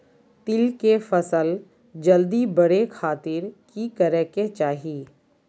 तिल के फसल जल्दी बड़े खातिर की करे के चाही?